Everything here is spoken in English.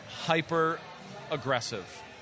hyper-aggressive